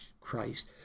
Christ